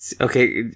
Okay